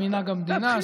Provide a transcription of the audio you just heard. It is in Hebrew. מנהג המדינה?